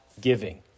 giving